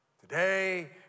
Today